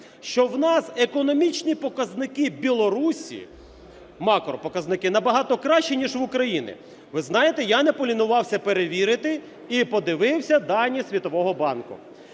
що в нас економічні показники Білорусі, макропоказники, набагато кращі, ніж в України. Ви знаєте, я не полінувався перевірити і подивився дані Світового банку.